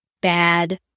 bad